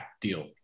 deal